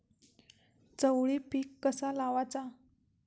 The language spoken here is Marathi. चवळी पीक कसा लावचा?